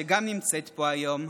שגם נמצאת פה היום,